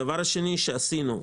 הדבר השני שעשינו,